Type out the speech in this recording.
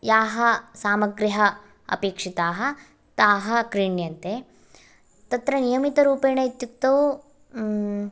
या सामग्र्य अपेक्षिता ता क्रीण्यन्ते तत्र नियमितरूपेण इत्युक्तौ